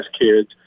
kids